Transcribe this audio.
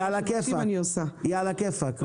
היא עלא כיפאק.